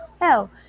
Hell